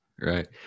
right